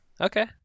Okay